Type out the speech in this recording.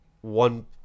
one